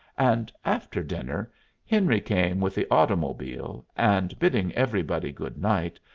and after dinner henry came with the automobile, and, bidding everybody good night,